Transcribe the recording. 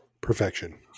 perfection